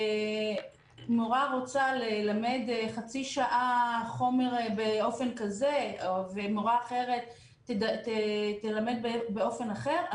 מורה רוצה ללמד חצי שעה חומר באופן כזה או מורה אחרת תלמד באופן אחר,